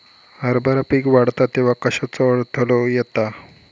हरभरा पीक वाढता तेव्हा कश्याचो अडथलो येता?